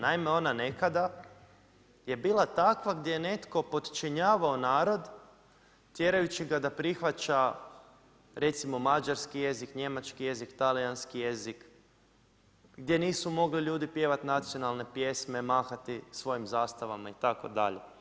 Naime, ona nekada je bila takva da je netko podčinjavao narod, tjerajući ga da prihvaća, recimo mađarski jezik, njemački, talijanski jezik, gdje nisu mogli ljudi pjevati nacionalne pjesme, mahati svojim zastavama itd.